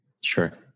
Sure